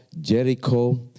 Jericho